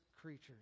creatures